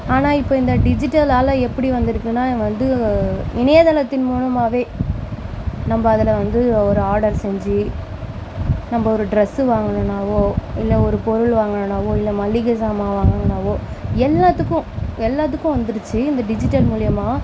ஆனால் இப்போ இந்த டிஜிட்டலால் எப்படி வந்திருக்குனா வந்து இணையதளத்தின் மூலமாகவே நம்ம அதில் வந்து ஒரு ஆடர் செஞ்சு நம்ம ஒரு டிரெஸ் வாங்கணும்னாவோ இல்லை ஒரு பொருள் வாங்கணும்னாவோ இல்லை ஒரு மளிக சாமான் வாங்கணும்னாவோ எல்லாத்துக்கும் எல்லாத்துக்கும் வந்துருச்சு இந்த டிஜிட்டல் மூலயமா